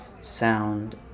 sound